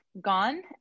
gone